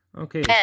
Okay